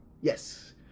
Yes